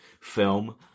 film